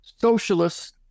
socialists